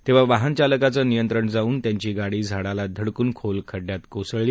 तेव्हा वाहन चालकाचं नियंत्रण जाऊन त्यांची गाडी झाडाला धडकून खोल खड्ड्यात कोसळली